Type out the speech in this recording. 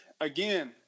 again